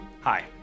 Hi